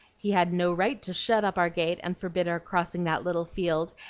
he had no right to shut up our gate and forbid our crossing that little field,